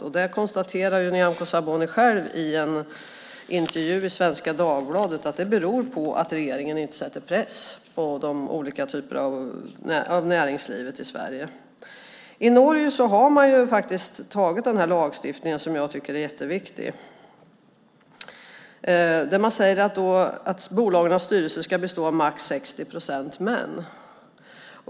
Nyamko Sabuni konstaterade själv i en intervju i Svenska Dagbladet att det beror på att regeringen inte sätter press på näringslivet i Sverige. I Norge har man antagit en lagstiftning som jag tycker är viktig. Av lagen framgår att bolagens styrelser ska bestå av max 60 procent män.